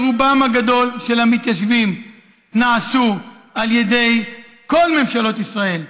ורובם הגדול של היישובים נעשו על ידי כל ממשלות ישראל.